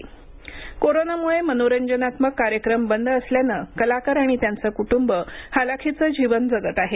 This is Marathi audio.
मदत कोरोनामुळे मनोरंजनात्मक कार्यक्रम बंद असल्यानं कलाकार आणि त्यांचे कुटुंब हलाखीचं जीवन जगत आहेत